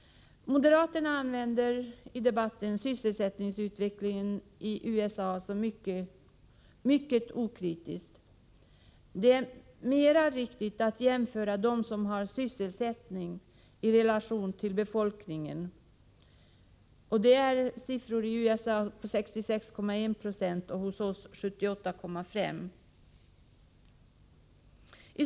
Moderaterna använder i debatten sysselsättningsutvecklingen i USA mycket okritiskt. Det är mera riktigt att jämföra dem som har sysselsättning i relation till befolkningen, och det är i USA 66,1 90 och hos oss 78,5 I.